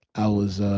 i was ah